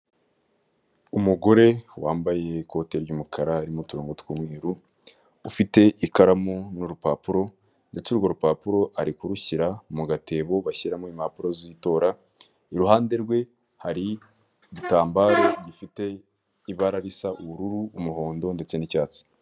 Umugore wambaye ikote ry'umukara ririmo uturongo tw'umweru, ufite ikaramu n'urupapuro ndetse urwo rupapuro ari kurushyira mu gatebo bashyiramo impapuro z'itora, iruhande rwe hari igitambaro gifite ibara risa ubururu, umuhondo, ndetse n'icyatsi.